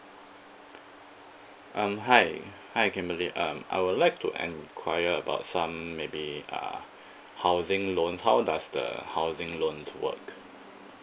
um hi hi kimberly um I would like to enquire about some maybe uh housing loans how does the housing loans work